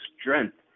strength